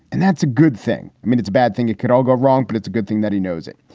and that's a good thing. i mean, it's a bad thing. it could all go wrong, but it's a good thing that he knows it.